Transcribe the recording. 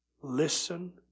Listen